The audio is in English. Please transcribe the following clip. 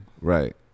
Right